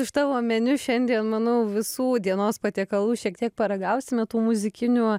iš tavo meniu šiandien manau visų dienos patiekalų šiek tiek paragausime tų muzikinių